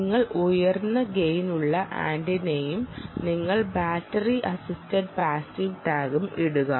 നിങ്ങൾ ഉയർന്ന ഗെയിനുള്ള ആന്റിനയും നിങ്ങൾ ബാറ്ററി അസിസ്റ്റഡ് പാസീവ് ടാഗും ഇടുക